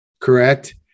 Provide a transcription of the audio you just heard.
Correct